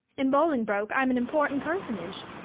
in bolingbroke i'm an important personage,